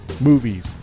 Movies